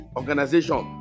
organization